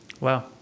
Wow